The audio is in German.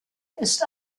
ist